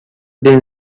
been